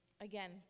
Again